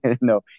No